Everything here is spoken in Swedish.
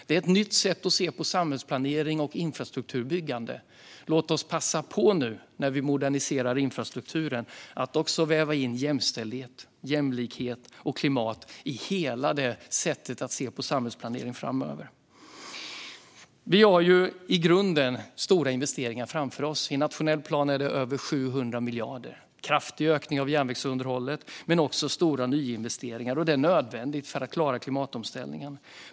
Det är ett nytt sätt att se på samhällsplanering och infrastrukturbyggande. Låt oss passa på när vi nu moderniserar infrastrukturen att framöver också väva in jämställdhet, jämlikhet och klimat i synen på samhällsplanering. Vi har stora investeringar framför oss. I nationell plan handlar det om över 700 miljarder. Vi har en kraftig ökning av järnvägsinnehållet och stora nyinvesteringar. Detta är nödvändigt för att klara klimatomställningen.